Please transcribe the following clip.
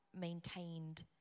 maintained